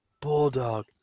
Bulldog